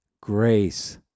grace